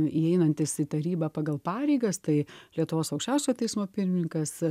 įeinantys į tarybą pagal pareigas tai lietuvos aukščiausiojo teismo pirmininkas